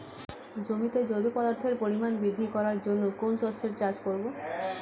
জমিতে জৈব পদার্থের পরিমাণ বৃদ্ধি করার জন্য কোন শস্যের চাষ করবো?